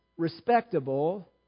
Respectable